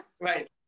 right